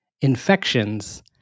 infections